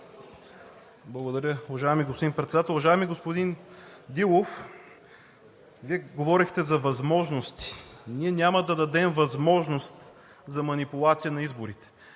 Благодаря. Уважаеми господин Председател! Уважаеми господин Дилов, Вие говорихте за възможности, ние няма да дадем възможност за манипулация на изборите,